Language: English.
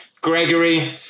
gregory